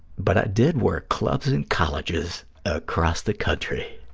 but i did work clubs and colleges across the country.